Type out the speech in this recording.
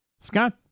Scott